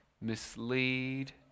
mislead